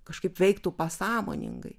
kažkaip veiktų pasąmoningai